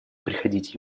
приходить